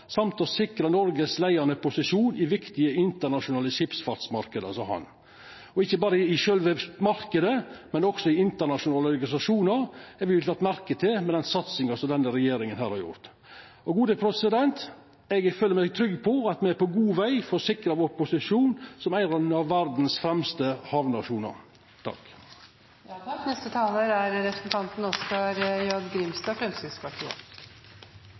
samt sikre Norges ledende posisjon i viktige internasjonale skipsfartsmarkeder.» Ikkje berre i sjølve marknaden, men også i internasjonale organisasjonar er me lagde merke til med den satsinga som denne regjeringa har gjort. Eg føler meg trygg på at me er på god veg for å sikra posisjonen vår som ein av verdas fremste havnasjonar. Denne meldinga er